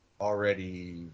already